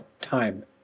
time